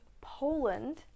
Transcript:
Poland